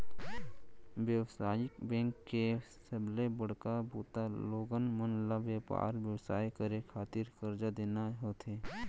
बेवसायिक बेंक के सबले बड़का बूता लोगन मन ल बेपार बेवसाय करे खातिर करजा देना होथे